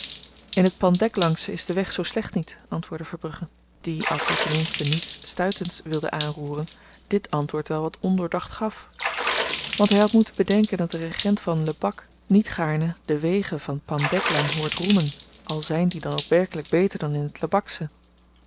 in t pandeglangsche is de weg zoo slecht niet antwoordde verbrugge die als hy ten minste niets stuitends wilde aanroeren dit antwoord wel wat ondoordacht gaf want hy had moeten bedenken dat een regent van lebak niet gaarne de wegen van pandeglang hoort roemen al zyn die dan ook werkelyk beter dan in t lebaksche